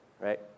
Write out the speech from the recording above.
right